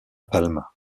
palma